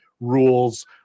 rules